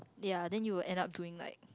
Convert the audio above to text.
ya then you will end up doing like